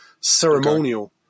ceremonial